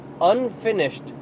unfinished